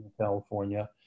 California